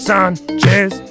Sanchez